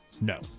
no